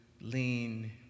lean